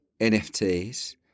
NFTs